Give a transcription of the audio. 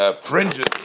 fringes